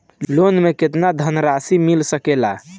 Loan मे केतना धनराशी मिल सकेला?